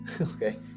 Okay